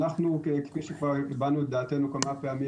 כפי שכבר הבענו את דעתנו כמה פעמים,